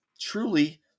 truly